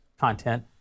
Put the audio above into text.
content